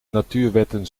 natuurwetten